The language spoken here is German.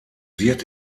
wird